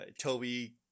Toby